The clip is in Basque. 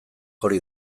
hori